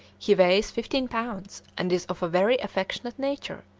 he weighs fifteen pounds and is of a very affectionate nature,